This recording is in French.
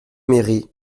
méry